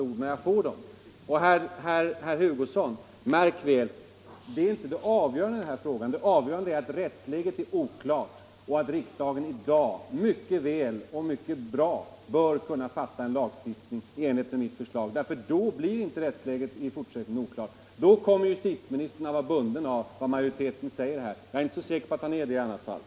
Och märk väl, herr Hugosson, att detta är inte det avgörande i denna fråga; det avgörande är att rättsläget är oklart och att riksdagen i dag mycket väl bör kunna anta en lag i enlighet med mitt förslag. Då blir rättsläget i fortsättningen inte oklart. Då kommer justitieministern att vara bunden vid vad majoriteten har sagt. Jag är inte så säker på att han är:det annars.